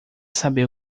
saber